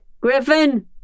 Griffin